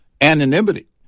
anonymity